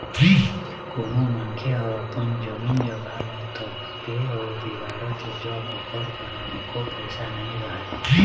कोनो मनखे ह अपन जमीन जघा ल तभे अउ बिगाड़थे जब ओकर करा एको पइसा नइ रहय